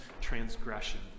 transgression